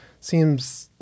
seems